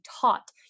taught